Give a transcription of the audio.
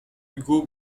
ugo